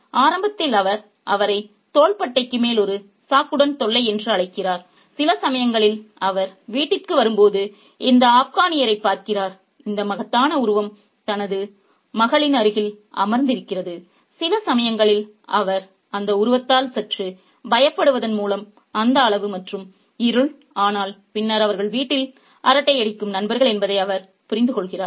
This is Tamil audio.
எனவே ஆரம்பத்தில் அவர் அவரை தோள்பட்டைக்கு மேல் ஒரு சாக்குடன் தொல்லை என்று அழைக்கிறார் சில சமயங்களில் அவர் வீட்டிற்கு வரும்போது இந்த ஆப்கானியரைப் பார்க்கிறார் இந்த மகத்தான உருவம் தனது மகளின் அருகில் அமர்ந்திருக்கிறது சில சமயங்களில் அவர் அந்த உருவத்தால் சற்று பயப்படுவதன் மூலம் அந்த அளவு மற்றும் இருள் ஆனால் பின்னர் அவர்கள் வீட்டில் அரட்டை அடிக்கும் நண்பர்கள் என்பதை அவர் புரிந்துகொள்கிறார்